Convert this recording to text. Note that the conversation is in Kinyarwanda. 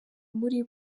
muri